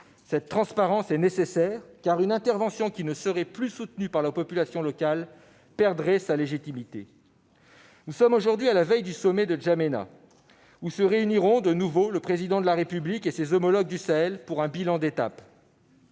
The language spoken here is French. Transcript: Cette transparence est nécessaire, car une intervention qui ne serait plus soutenue par la population locale perdrait sa légitimité. Nous sommes aujourd'hui à la veille du sommet de N'Djamena, où se réuniront de nouveau le Président de la République et ses homologues du Sahel pour un bilan d'étape.